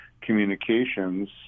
communications